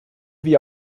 wie